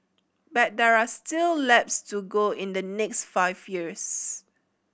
but there are still laps to go in the next five years